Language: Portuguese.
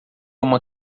uma